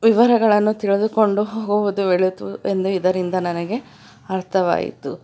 ವಿವರಗಳನ್ನು ತಿಳಿದುಕೊಂಡು ಹೋಗುವುದು ಒಳಿತು ಎಂದು ಇದರಿಂದ ನನಗೆ ಅರ್ಥವಾಯಿತು